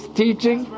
teaching